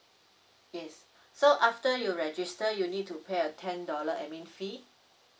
yes so after you register you need to pay a ten dollar admin fee